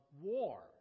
war